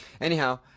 Anyhow